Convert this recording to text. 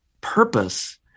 purpose